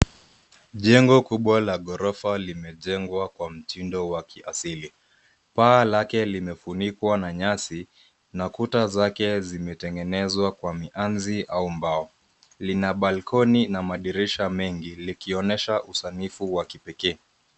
Jengo kubwa la ghorofa limejengwa kwa mtindo wa kiasili. Paa lake limefunikwa na nyasi na kuta zake eimetengenezwa kwa miazi au mbao. Lina [cs ] balkoni[cs ] na madirisha mengi likionyesha usanifu wa kipekee.